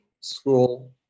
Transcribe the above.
school